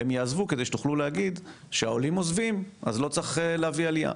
הם יעזבו כדי שתוכלו להגיד שהעולים עוזבים אז לא צריך להביא עלייה,